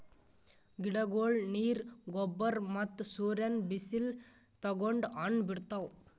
ಗಿಡಗೊಳ್ ನೀರ್, ಗೊಬ್ಬರ್ ಮತ್ತ್ ಸೂರ್ಯನ್ ಬಿಸಿಲ್ ತಗೊಂಡ್ ಹಣ್ಣ್ ಬಿಡ್ತಾವ್